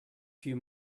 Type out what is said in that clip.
few